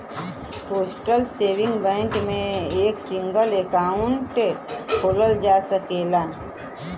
postal saving bank में एक single account खोलल जा सकला